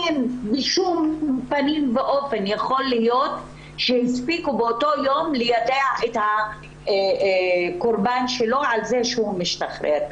לא יכול להיות שהספיקו באותו יום ליידע את הקורבן על כך שהוא משתחרר.